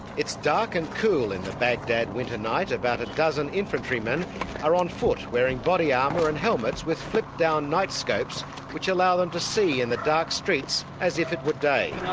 it's dark and cool in the baghdad winter night, about a dozen infantrymen are on foot wearing body um armour and helmets with flip-down nightscopes which allow them to see in the dark streets as if it were day.